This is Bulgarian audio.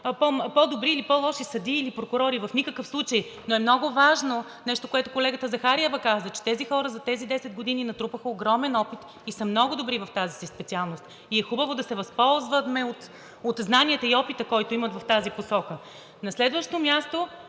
по-добри или по-лоши съдии или прокурори, в никакъв случай. Но е много важно – нещо, което колегата Захариева каза, че тези хора за тези 10 години натрупаха огромен опит и са много добри в тази си специалност, и е хубаво да се възползваме от знанията и опита, който имат в тази посока. На следващо място